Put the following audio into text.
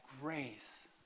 grace